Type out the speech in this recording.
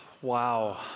Wow